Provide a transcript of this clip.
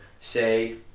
say